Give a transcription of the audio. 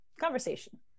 conversation